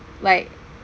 like